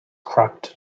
cracked